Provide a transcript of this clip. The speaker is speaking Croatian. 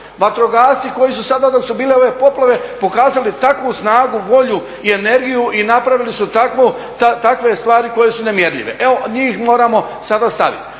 Vatrogasci koji su sada dok su bile ove poplave pokazali takvu snagu, volju i energiju i napravili su takve stvari koje su nemjerljive. Evo, njih moramo sada ….